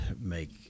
make